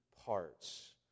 parts